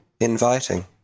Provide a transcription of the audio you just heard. inviting